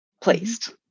placed